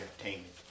entertainment